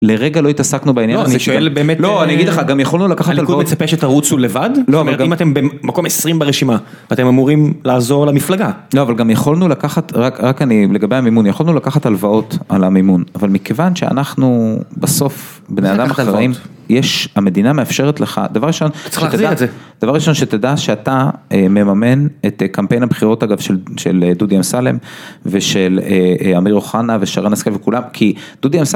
לרגע לא התעסקנו בעניין הזה, לא אני שואל באמת, לא אני אגיד לך גם יכולנו לקחת הלוואות, הליכוד מצפה שתרוצו לבד? אם אתם במקום 20 ברשימה אתם אמורים לעזור למפלגה, לא אבל גם יכולנו לקחת, רק אני לגבי המימון, יכולנו לקחת הלוואות על המימון, אבל מכיוון שאנחנו בסוף בני אדם אחראיים, יש המדינה מאפשרת לך, דבר ראשון שתדע, צריך להחזיר את זה, דבר ראשון שתדע שאתה מממן את קמפיין הבחירות אגב של דודי אמסלם ושל אמיר אוחנה ושרן השכל וכולם כי דודי אמסלם